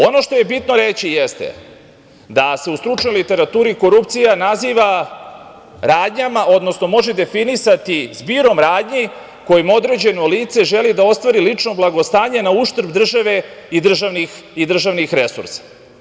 Ono što je bitno reći jeste da se u stručnoj literaturi korupcija naziva, odnosno može definisati zbirom radnji kojim određeno lice želi da ostvari lično blagostanje na uštrb države i državnih resursa.